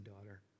daughter